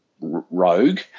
rogue